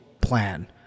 plan